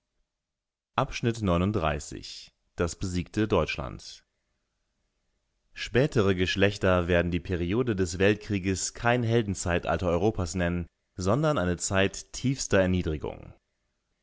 das besiegte deutschland spätere geschlechter werden die periode des weltkrieges kein heldenzeitalter europas nennen sondern eine zeit tiefster erniedrigung